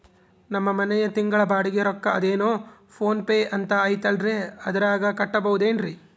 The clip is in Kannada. ನಮ್ಮ ಮನೆಯ ತಿಂಗಳ ಬಾಡಿಗೆ ರೊಕ್ಕ ಅದೇನೋ ಪೋನ್ ಪೇ ಅಂತಾ ಐತಲ್ರೇ ಅದರಾಗ ಕಟ್ಟಬಹುದೇನ್ರಿ?